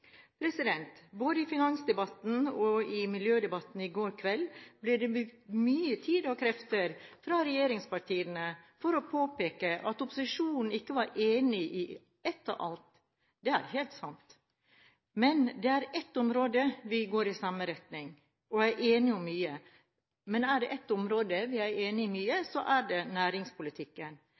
Både i finansdebatten og i miljødebatten i går kveld ble det brukt mye tid og krefter fra regjeringspartiene på å påpeke at opposisjonen ikke var enig i ett og alt. Det er helt sant. Men er det ett område der vi går i samme retning og er enige om mye, så er det i næringspolitikken. Jeg er